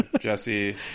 Jesse